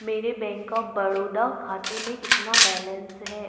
मेरे bank of Baroda खाते में कितना बैलेन्स है